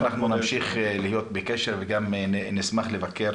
ואנחנו נמשיך להיות בקשר וגם נשמח לבקר